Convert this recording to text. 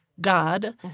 God